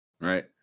right